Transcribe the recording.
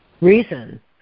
Reason